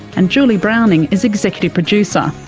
and julie browning is executive producer.